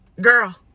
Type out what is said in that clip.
girl